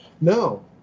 no